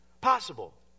possible